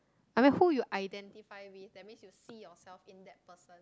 I mean who you idenfity with that means you see yourself in that person